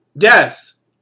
yes